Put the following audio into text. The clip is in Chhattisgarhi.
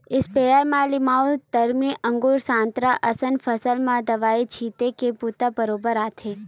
इस्पेयर म लीमउ, दरमी, अगुर, संतरा असन फसल म दवई छिते के बूता बरोबर आथे